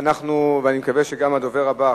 ואני מקווה שגם הדובר הבא,